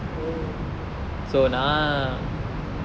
oh